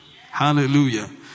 Hallelujah